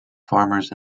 farmers